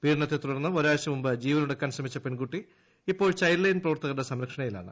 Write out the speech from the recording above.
പീഡനത്തെ തുടർന്ന് ഒരാഴ്ച മുമ്പ് ജീവനൊടുക്കാൻ ശ്രമിച്ച പെൺകുട്ടി ഇപ്പോൾ ചൈൽഡ് ലൈൻ പ്രവർത്തകരുടെ സംരക്ഷണയിലാണ്